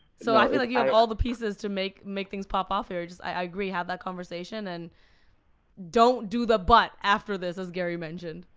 so i feel like you have all the pieces to make make things pop off here. i agree, have that conversation and don't do the but after this as gary mentioned.